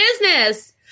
business